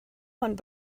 one